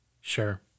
Sure